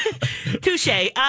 Touche